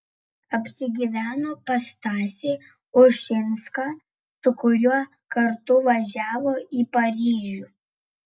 apsigyveno pas stasį ušinską su kuriuo kartu važiavo į paryžių